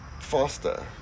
faster